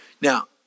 Now